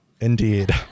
Indeed